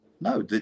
no